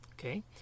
Okay